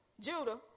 Judah